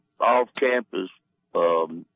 off-campus